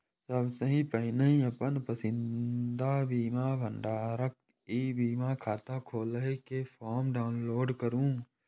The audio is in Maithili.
सबसं पहिने अपन पसंदीदा बीमा भंडारक ई बीमा खाता खोलै के फॉर्म डाउनलोड करू